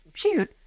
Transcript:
compute